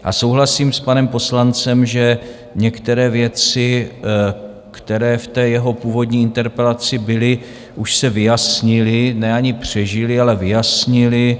A souhlasím s panem poslancem, že některé věci, které v jeho původní interpelaci byly, už se vyjasnily, ne ani přežily, ale vyjasnily.